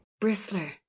Bristler